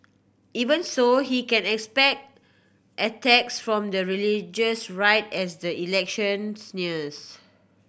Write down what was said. even so he can expect attacks from the religious right as the elections nears